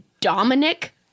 Dominic